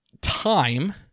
time